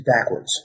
backwards